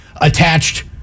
attached